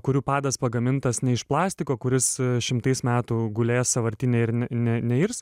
kurių padas pagamintas ne iš plastiko kuris šimtais metų gulės sąvartyne ir ne ne neirs